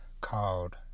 called